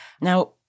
Now